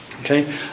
okay